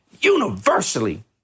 Universally